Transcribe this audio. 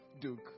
Duke